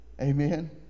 Amen